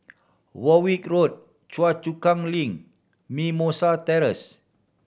Warwick Road Choa Chu Kang Link Mimosa Terrace